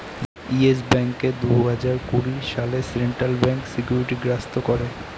yes ব্যাঙ্ককে দুই হাজার কুড়ি সালে সেন্ট্রাল ব্যাঙ্ক সিকিউরিটি গ্রস্ত করে